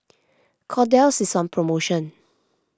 Kordel's is on promotion